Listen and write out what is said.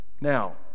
Now